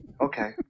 okay